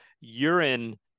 urine